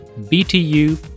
btu